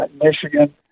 Michigan